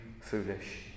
foolish